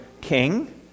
king